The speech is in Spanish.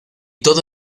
todo